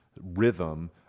rhythm